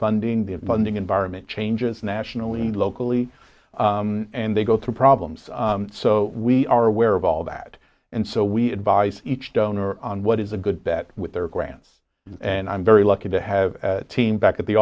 funding the funding environment changes nationally and locally and they go through problems so we are aware of all that and so we advise each donor on what is a good bet with their grants and i'm very lucky to have team back at the